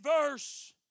verse